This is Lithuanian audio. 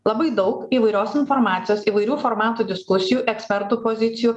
labai daug įvairios informacijos įvairių formatų diskusijų ekspertų pozicijų